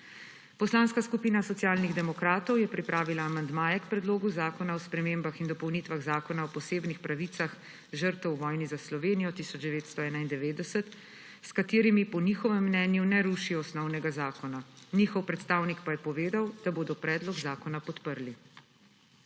Poslanska skupina Socialnih demokratov je pripravila amandmaje k Predlogu zakona o spremembah in dopolnitvah Zakona o posebnih pravicah žrtev v vojni za Slovenijo 1991, s katerimi po njihovem mnenju ne rušijo osnovnega zakona. Njihov predstavnik pa je povedal, da bodo predlog zakona podprli.